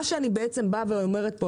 מה שאני באה ואומרת פה,